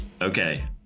Okay